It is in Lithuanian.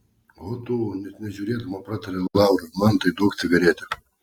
o tu net nežiūrėdama pratarė laura mantai duok cigaretę